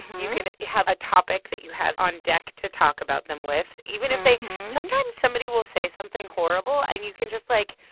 you could have a topic that you have on deck to talk about them with, even if they sometimes somebody will say something horrible, and you can just, like,